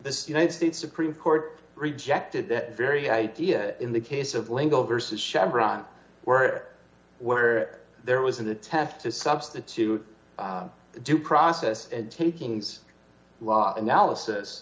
the united states supreme court rejected that very idea in the case of lingo versus chevron where where there was an attempt to substitute due process takings law analysis